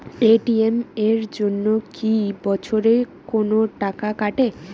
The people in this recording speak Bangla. এ.টি.এম এর জন্যে কি বছরে কোনো টাকা কাটে?